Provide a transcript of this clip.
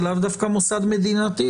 זה לאו דווקא מוסד מדינתי,